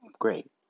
great